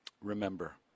remember